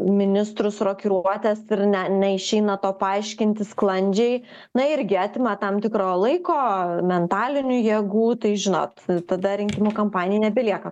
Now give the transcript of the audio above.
ministrus rokiruotes ir ne neišeina to paaiškinti sklandžiai na irgi atima tam tikro laiko mentalinių jėgų tai žinot tada rinkimų kampanijai nebelieka